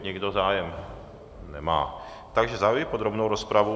Nikdo zájem nemá, takže zahajuji podrobnou rozpravu.